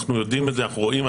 אנחנו יודעים את זה ורואים את זה.